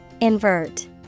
Invert